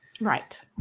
Right